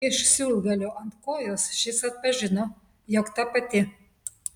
iš siūlgalio ant kojos šis atpažino jog ta pati